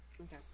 Okay